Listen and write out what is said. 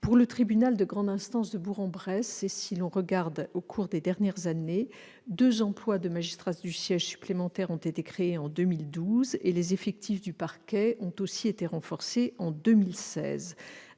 Pour le tribunal de grande instance de Bourg-en-Bresse, si l'on regarde ce qui s'est passé ces dernières années, deux emplois de magistrats du siège ont été créés en 2012. Les effectifs du parquet ont été aussi renforcés en 2016.